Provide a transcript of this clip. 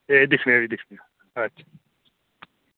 एह् दिक्खने आं अच्छा अच्छा